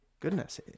goodness